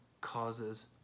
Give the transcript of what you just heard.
causes